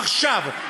עכשיו.